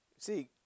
See